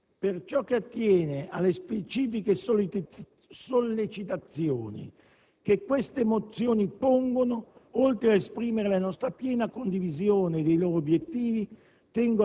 Per ciò che attiene alle specifiche sollecitazioni che queste mozioni pongono, oltre ad esprimere la nostra piena condivisione dei loro obiettivi,